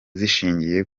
zishingiye